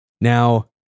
Now